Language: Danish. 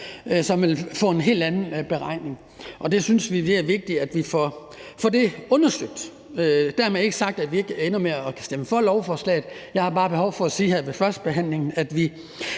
som vil få en helt anden beregning. Vi synes, det er vigtigt, at vi får det undersøgt. Dermed ikke sagt, at vi ikke ender med at kunne stemme for lovforslaget. Jeg har bare behov for at sige her ved førstebehandlingen,